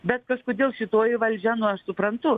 bet kažkodėl šitoji valdžia nu aš suprantu